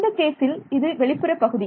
இந்த கேசில் இது வெளிப்புற பகுதி